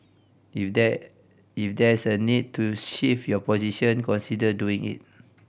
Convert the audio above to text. if there if there's a need to shift your position consider doing it